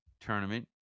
tournament